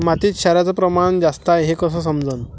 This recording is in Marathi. मातीत क्षाराचं प्रमान जास्त हाये हे कस समजन?